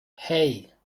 hey